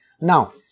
Now